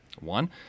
One